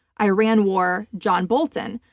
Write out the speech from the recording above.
iran war john bolton.